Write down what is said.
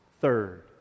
Third